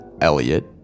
Elliot